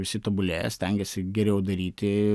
visi tobulėja stengiasi geriau daryti